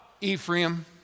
Ephraim